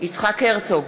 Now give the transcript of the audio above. יצחק הרצוג,